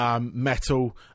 metal